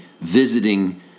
visiting